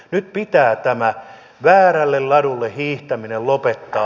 nyt pitää tämä väärälle ladulle hiihtäminen lopettaa